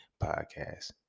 Podcast